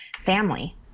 family